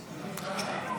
נתקבלה.